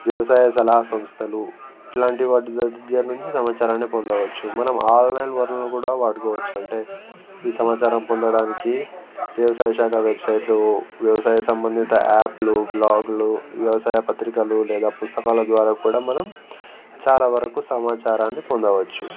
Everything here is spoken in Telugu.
వ్యవసాయ సలహా సంస్థలు ఇట్లాంటి వాటి దగ్గర నుంచి సమాచారాన్ని పొందవచ్చు మనం ఆన్లైన్ వనరులను కూడా వాడుకోవచ్చు అంటే ఈ సమాచారం పొందడానికి వ్యవసాయ శాఖ వెబ్సైట్లు వ్యవసాయ సంబంధిత యాప్లు బ్లాగ్లు వ్యవసాయ పత్రికలూ లేదా పుస్తకాల ద్వారా కూడా మనం చాలా వరకు సమాచారాన్ని పొందవచ్చు